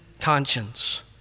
conscience